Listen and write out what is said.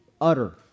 Utter